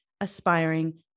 aspiring